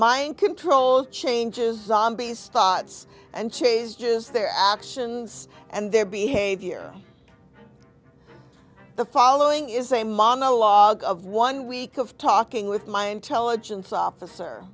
mind control changes be staats and changes their actions and their behavior the following is a monologue of one week of talking with my intelligence officer